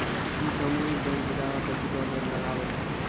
कि सामुहिक बैंक, बजारो पे सूदो दर लगाबै छै?